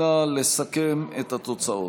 נא לסכם את התוצאות.